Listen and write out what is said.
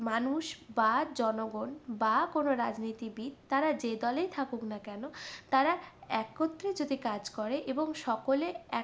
মানুষ বা জনগণ বা কোনো রাজনীতিবিদ তারা যে দলেই থাকুক না কেন তারা একত্রে যদি কাজ করে এবং সকলে এক